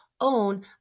own